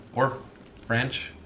or french.